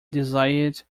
desired